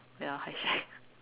ya I check